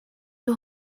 you